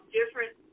different